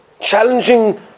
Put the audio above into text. challenging